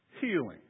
healing